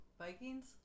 Vikings